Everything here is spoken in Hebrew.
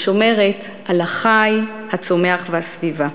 ושומרת על החי, הצומח והסביבה.